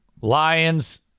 Lions